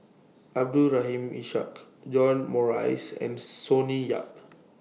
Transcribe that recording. Abdul Rahim Ishak John Morrice and Sonny Yap